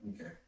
Okay